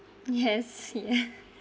yes yeah